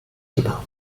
immer